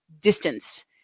distance